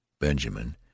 Benjamin